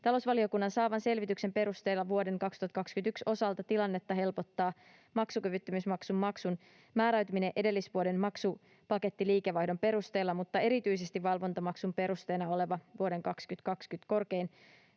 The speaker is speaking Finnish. Talousvaliokunnan saaman selvityksen perusteella vuoden 2021 osalta tilannetta helpottaa maksukyvyttömyysmaksun maksun määräytyminen edellisvuoden maksupakettiliikevaihdon perusteella, mutta erityisesti valvontamaksun perusteena oleva vuoden 2020 korkein